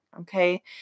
Okay